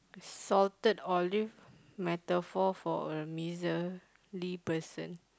salted olive metaphor for a misery person